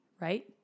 right